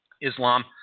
Islam